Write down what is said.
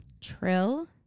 Trill